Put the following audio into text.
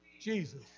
Jesus